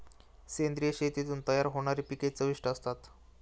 सेंद्रिय शेतीतून तयार होणारी पिके चविष्ट असतात